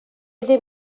ddim